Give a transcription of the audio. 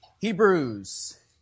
Hebrews